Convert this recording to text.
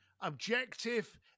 objective